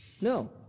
No